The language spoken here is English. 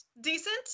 decent